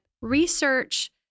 research